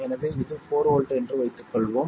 எனவே இது 4 வோல்ட் என்று வைத்துக்கொள்வோம்